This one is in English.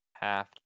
Half